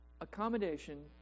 Accommodation